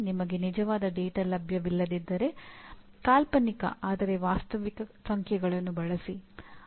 ನಿಮ್ಮ ಸ್ವಂತ ದೃಷ್ಟಿಯಲ್ಲಿ ಅಂತಿಮ ಫಲಿತಾಂಶಕ್ಕೆ ಕಾರಣವಾದ ಎಲ್ಲಾ ಅಂಶಗಳು ಯಾವುವು ಎಂದು ನೀವು ಸೆರೆಹಿಡಿಯುತ್ತೀರಿ